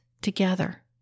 together